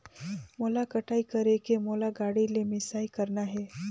मोला कटाई करेके मोला गाड़ी ले मिसाई करना हे?